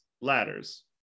ladders